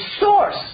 source